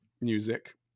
music